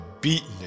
beaten